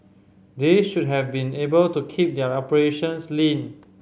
they should have been able to keep their operations lean